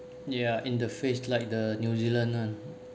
ya in the face like the new zealand [one]